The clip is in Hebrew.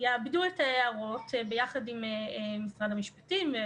יעבדו את ההערות יחד עם משרד המשפטים וה